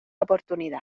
oportunidad